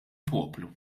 poplu